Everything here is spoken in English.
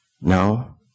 No